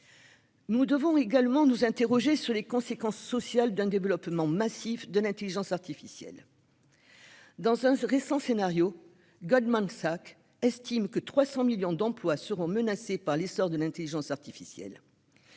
nous devons nous interroger sur les conséquences sociales d'un développement massif de l'intelligence artificielle. Dans une récente étude, Goldman Sachs estimait que 300 millions d'emplois seraient menacés par l'essor de l'intelligence artificielle.